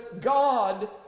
God